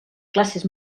classes